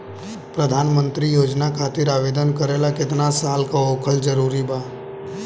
प्रधानमंत्री योजना खातिर आवेदन करे ला केतना साल क होखल जरूरी बा?